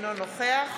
אינו נוכח